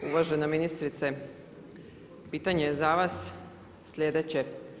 Uvažena ministrice pitanje je za vas sljedeće.